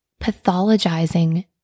pathologizing